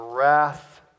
wrath